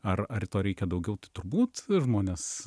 ar ar to reikia daugiau turbūt žmonės